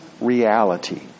reality